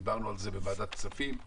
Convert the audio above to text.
דיברנו על זה בוועדת הכספים.